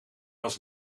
was